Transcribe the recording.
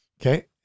Okay